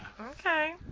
Okay